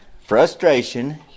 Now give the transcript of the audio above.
frustration